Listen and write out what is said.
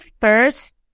first